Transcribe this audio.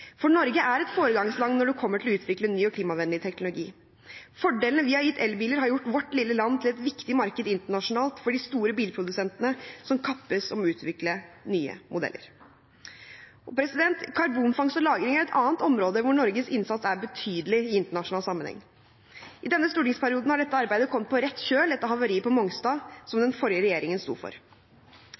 for Norge er et foregangsland når det kommer til å utvikle ny klimavennlig teknologi. Fordelene vi har gitt elbiler, har gjort vårt lille land til et viktig marked internasjonalt for de store bilprodusentene, som kappes om å utvikle nye modeller. Karbonfangst og -lagring er et annet område hvor Norges innsats er betydelig i internasjonal sammenheng. I denne stortingsperioden har dette arbeidet kommet på rett kjøl etter havariet på Mongstad, som den forrige regjeringen sto for.